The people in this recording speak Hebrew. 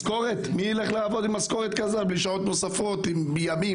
מי ילך לעבוד עם משכורת כזאת בלי שעות נוספות עם ימים,